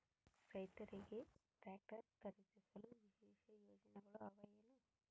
ರೈತರಿಗೆ ಟ್ರಾಕ್ಟರ್ ಖರೇದಿಸಲು ವಿಶೇಷ ಯೋಜನೆಗಳು ಅವ ಏನು?